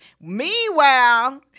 Meanwhile